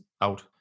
out